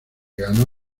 ganó